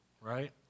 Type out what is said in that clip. right